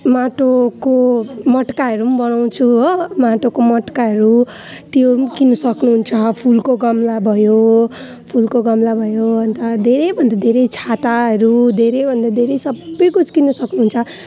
माटोको मटकाहरू पनि बनाउँछु हो माटोको मटकाहरू त्यो पनि किन्नु सक्नुहुन्छ फुलको गमला भयो फुलको गमला भयो अन्त धेरैभन्दा धेरै छाताहरू धेरैभन्दा धेरै सबै कुछ किन्नु सक्नुहुन्छ